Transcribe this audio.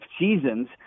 seasons